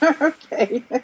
Okay